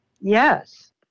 Yes